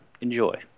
Enjoy